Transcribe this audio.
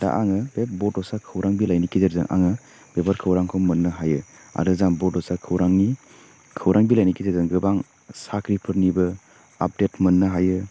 दा आङो बे बड'सा खौरांनि बिलाइनि गेजेरजों आङो बेफोर खौरांखौ मोननो हायो आरो जों बड'सा खौरांनि खौरां बिलाइनि गेजेरजों गोबां साख्रिफोरनिबो आपडेट मोननो हायो